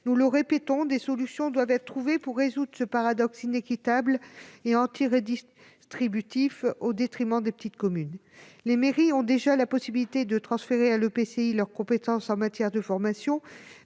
Nous le répétons, des solutions doivent être trouvées pour résoudre ce paradoxe inéquitable et anti-redistributif, qui dessert les petites communes. Les mairies ont déjà la possibilité de transférer à l'EPCI leur compétence en matière de formation,